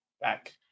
back